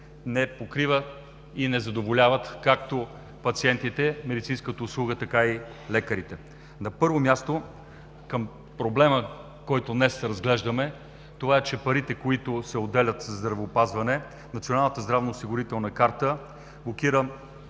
не покрива и не задоволява както пациентите, медицинската услуга, така и лекарите. На първо място, към проблема, който днес разглеждаме, това е, че от парите, които се отделят за здравеопазване, НЗОК блокира 3% от общите пари.